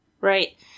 right